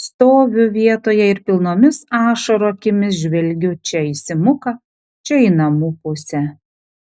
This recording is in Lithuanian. stoviu vietoje ir pilnomis ašarų akimis žvelgiu čia į simuką čia į namų pusę